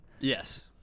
Yes